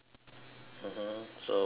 mmhmm so what else